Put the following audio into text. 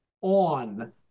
on